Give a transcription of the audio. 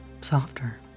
Softer